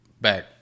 back